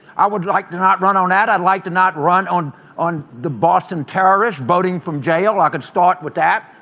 i would like to not run on that i'd like to not run on on the boston terrorist voting from jail. i ah could start with that.